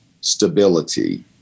stability